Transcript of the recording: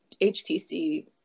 HTC